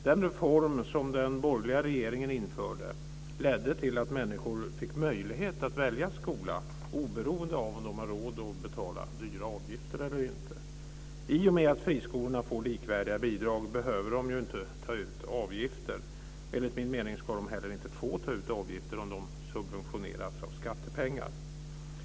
Den reform som den borgerliga regeringen införde ledde till att människor fick möjlighet att välja skola oberoende av om de har råd att betala höga avgifter eller inte. I och med att friskolorna får likvärdiga bidrag behöver de inte ta ut avgifter. Enligt min mening ska de heller inte få ta ut avgifter om de subventioneras av skattepengar.